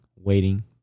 waiting